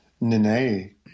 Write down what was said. Nene